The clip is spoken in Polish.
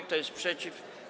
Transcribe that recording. Kto jest przeciw?